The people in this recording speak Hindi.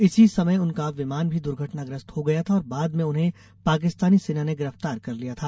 इसी समय उनका विमान भी दुर्घटनाग्रस्त हो गया था और बाद में उन्हें पाकिस्तानी सेना ने गिरफ्तार कर लिया था